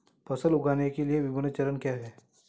फसल उगाने के विभिन्न चरण क्या हैं?